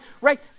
Right